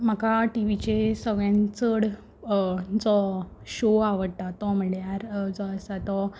म्हाका टिवीचेर सगल्यान चड जो शो आवडटा तो म्हणल्यार जो आसा तो